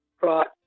right